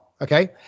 Okay